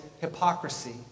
hypocrisy